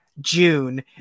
June